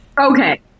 Okay